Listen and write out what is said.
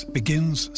begins